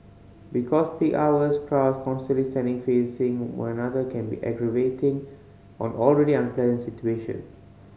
because peak hours crowds constantly standing facing one another can be aggravating on already unpleasant situation